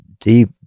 deep